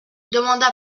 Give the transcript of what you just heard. demanda